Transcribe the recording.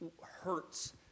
hurts